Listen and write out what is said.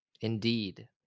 Indeed